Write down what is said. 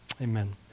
Amen